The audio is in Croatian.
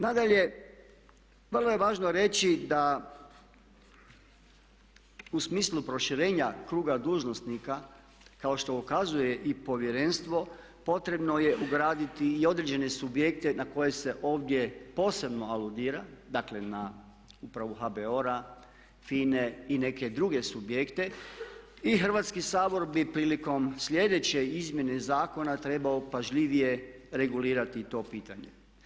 Nadalje, vrlo je važno reći da u smislu proširenja kruga dužnosnika kao što ukazuje i povjerenstvo potrebno je ugraditi i određene subjekte na koje se ovdje posebno aludira, dakle na upravu HBOR-a, FINA-e i neke druge subjekte i Hrvatski sabor bi prilikom sljedeće izmjene zakona trebao pažljivije regulirati to pitanje.